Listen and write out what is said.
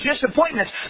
disappointments